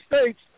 States